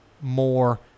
more